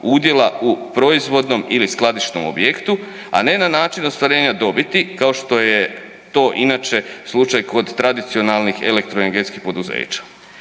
udjela u proizvodnom ili skladišnom objektu, a ne na način ostvarenja dobiti kao što je to inače slučaj kod tradicionalnih elektroenergetskih poduzeća.